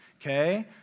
okay